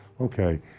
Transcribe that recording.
Okay